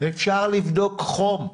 אפשר לבדוק חום,